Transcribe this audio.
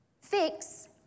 fix